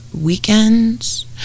weekends